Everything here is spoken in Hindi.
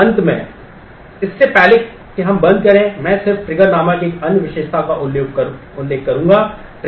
अंत में इससे पहले कि हम बंद करें मैं सिर्फ ट्रिगर बहुत महत्वपूर्ण हैं